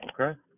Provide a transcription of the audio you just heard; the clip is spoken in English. Okay